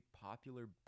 popular